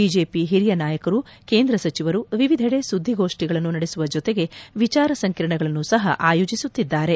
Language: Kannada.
ಬಿಜೆಪಿ ಹಿರಿಯ ನಾಯಕರು ಕೇಂದ್ರ ಸಚಿವರು ವಿವಿಧೆಡೆ ಸುದ್ದಿಗೋಷ್ಠಿಗಳನ್ನು ನಡೆಸುವ ಜತೆಗೆ ವಿಚಾರ ಸಂಕಿರಣಗಳನ್ನು ಸಹ ಆಯೋಜಿಸುತ್ತಿದ್ದಾರೆ